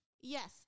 yes